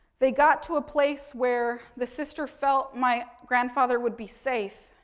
they got to a place where the sister felt my grandfather would be safe.